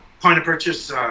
point-of-purchase